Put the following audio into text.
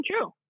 true